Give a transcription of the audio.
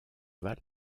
val